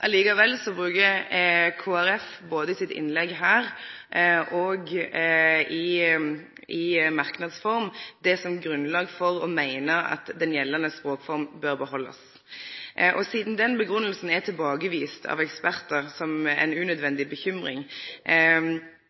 bruker Kristeleg Folkeparti både i innlegget sitt her og i merknads form det som grunnlag for å meine at den gjeldande språkforma bør behaldast. Sidan den grunngjevinga er tilbakevist av ekspertar som ei unødvendig bekymring,